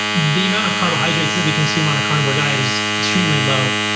the amount of carbohydrates that we consume on a carnivore diet is extremely low.